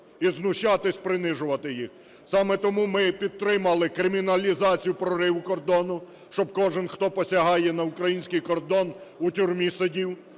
і знущатись, принижувати їх. Саме тому ми і підтримали криміналізацію прориву кордону, щоб кожен, хто посягає на український кордон, у тюрмі сидів.